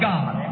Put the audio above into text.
God